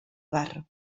barro